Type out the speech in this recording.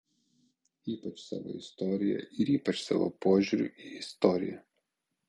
ypač savo istorija ir ypač savo požiūriu į istoriją